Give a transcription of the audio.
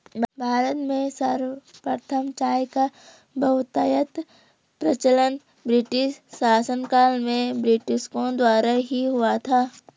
भारत में सर्वप्रथम चाय का बहुतायत प्रचलन ब्रिटिश शासनकाल में ब्रिटिशों द्वारा ही हुआ था